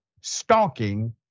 stalking